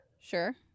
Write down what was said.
Sure